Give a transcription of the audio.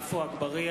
בעד עפו אגבאריה,